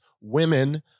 women